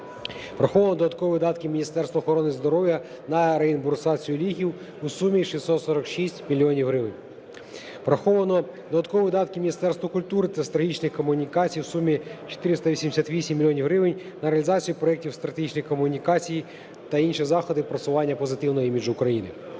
Враховано додаткові видатки Міністерства охорони здоров'я на реімбурсацію ліків у сумі 646 мільйонів гривень. Враховано додаткові видатки Міністерства культури та стратегічних комунікацій у сумі 488 мільйонів гривень на реалізацію проєктів стратегічних комунікацій та інших заходів просування позитивного іміджу України.